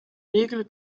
regel